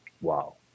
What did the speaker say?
Wow